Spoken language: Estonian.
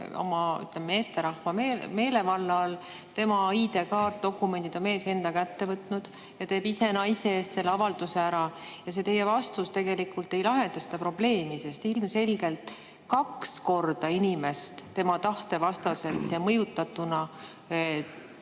on meesterahva meelevalla all, tema ID‑kaardi, dokumendid on mees enda kätte võtnud ja teeb ise naise eest selle avalduse ära. See teie vastus tegelikult ei lahenda seda probleemi, sest ilmselgelt kaks korda inimest tema tahte vastaselt ja mõjutatuna,